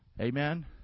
Amen